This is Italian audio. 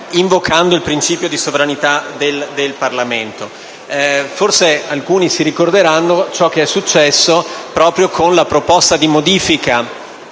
il principio di sovranità del Parlamento? Forse alcuni ricorderanno ciò che è successo proprio con la proposta di modifica,